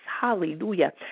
Hallelujah